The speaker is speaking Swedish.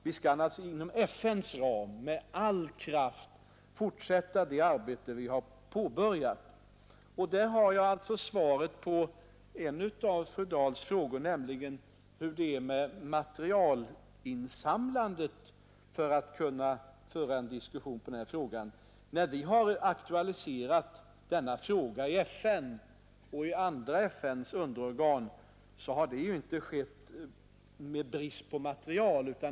Vi skall naturligtvis inom FN:s ram med all kraft fortsätta det arbete vi har påbörjat. Där har jag alltså svarat på en av fru Dahls frågor, nämligen hur det är med materialinsamlandet för att kunna föra en diskussion i denna fråga. När vi aktualiserat frågan i FN och i FN:s underorgan har det inte varit någon brist på material.